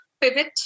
pivot